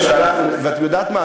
ואת יודעת מה?